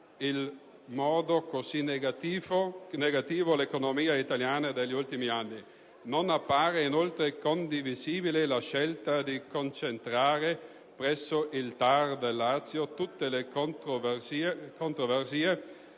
in modo così negativo l'economia italiana degli ultimi anni. Non appare inoltre condivisibile la scelta di concentrare presso il TAR del Lazio tutte le controversie